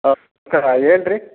ನಮಸ್ಕಾರ ಹೇಳ್ರಿ